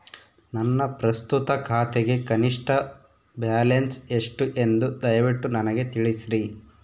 ನನ್ನ ಪ್ರಸ್ತುತ ಖಾತೆಗೆ ಕನಿಷ್ಠ ಬ್ಯಾಲೆನ್ಸ್ ಎಷ್ಟು ಎಂದು ದಯವಿಟ್ಟು ನನಗೆ ತಿಳಿಸ್ರಿ